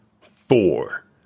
four